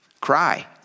Cry